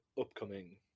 upcoming